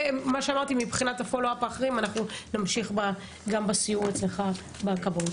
ומה שאמרתי מבחינת הפולו-אפ האחרים אנחנו נמשיך גם בסיור אצלך בכבאות.